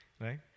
right